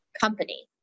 company